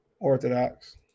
Orthodox